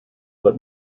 but